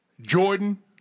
Jordan